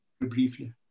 briefly